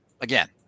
again